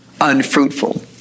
unfruitful